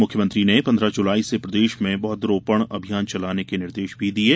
मुख्यमंत्री ने पन्द्रह जुलाई से प्रदेश में पौधा रोपण अभियान चलाने के निर्देश दिये